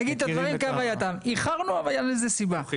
נגיד את הדברים כהווייתם: איחרנו אבל הייתה לזה סיבה.